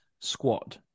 squad